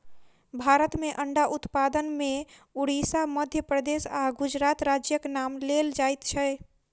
भारत मे अंडा उत्पादन मे उड़िसा, मध्य प्रदेश आ गुजरात राज्यक नाम लेल जाइत छै